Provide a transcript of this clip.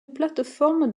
plateforme